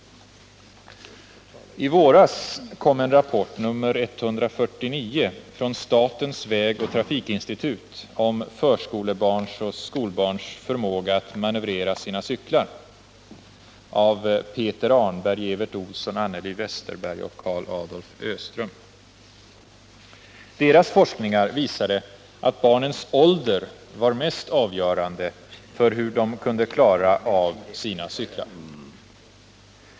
I våras kom en rapport, nr 149, från statens vägoch trafikinstitut om förskolebarns och skolbarns förmåga att manövrera sina cyklar av Peter Arnberg, Evert Ohlsson, Anneli Westerberg och Carl Adolf Öström. Deras forskningar visade att barnens ålder var mest avgörande för hur de kunde klara av sina cyklar.